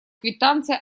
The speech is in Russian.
квитанция